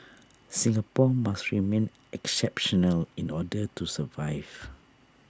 Singapore must remain exceptional in order to survive